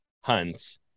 hunts